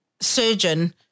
surgeon